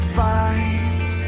fights